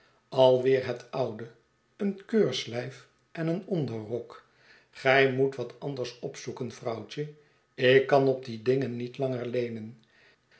het oude een keurslyf en een onderrok gij moet wat anders opzoeken vrouwtje ik kan op die dingen niet langer leenen